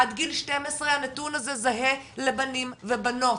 עד גיל 12 הנתון הזה זהה לבנים ובנות,